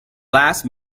last